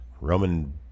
Roman